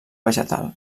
vegetal